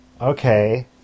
Okay